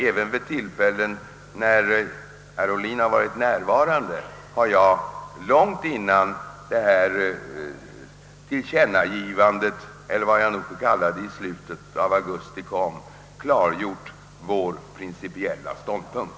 Även vid tillfällen då herr Ohlin varit närvarande har jag alltså långt innan detta tillkännagivande eller vad man nu skall kalla det kom i slutet av augusti klargjort vår principiella ståndpunkt.